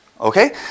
Okay